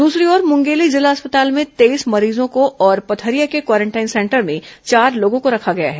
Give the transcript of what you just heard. दूसरी ओर मुंगेली जिला अस्पताल में तेईस मरीजों को और पथरिया के क्वारेंटाइन सेंटर में चार लोगों को रखा गया है